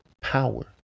power